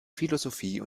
philosophie